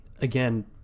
again